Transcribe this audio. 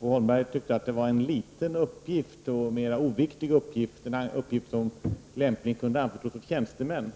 Bo Holmberg tyckte att det var en liten uppgift och en mera oviktig uppgift som lämpligen kunde anförtros tjänstemän.